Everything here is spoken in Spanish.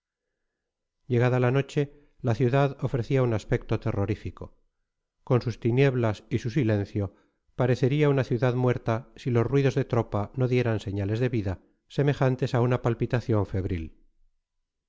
llegada la noche la ciudad ofrecía un aspecto terrorífico con sus tinieblas y su silencio parecería una ciudad muerta si los ruidos de tropa no dieran señales de vida semejantes a una palpitación febril